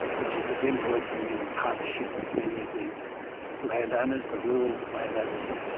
which is again working in partnership with many of the land owners, the rural land owners,